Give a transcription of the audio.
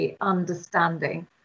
understanding